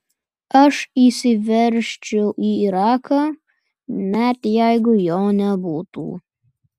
aš įsiveržčiau į iraką net jeigu jo nebūtų